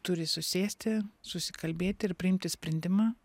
turi susėsti susikalbėti ir priimti sprendimą